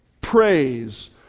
praise